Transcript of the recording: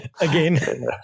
again